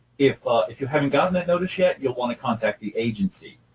if ah if you haven't gotten that notice yet, you'll want to contact the agency,